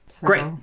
Great